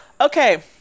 Okay